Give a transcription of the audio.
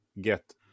get